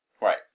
Right